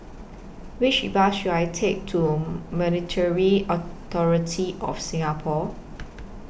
Which Bus should I Take to Monetary Authority of Singapore